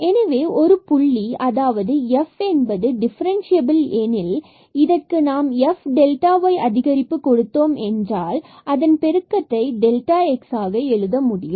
எனவே ஒரு புள்ளி அதாவது f என்பது டிஃபரன்ஸ்ஸ் எனில் இதற்கு நாம் f y அதிகரிப்பு கொடுத்தோம் எனில் பெருக்கத்தை x ஆக எழுத முடியும்